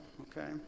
okay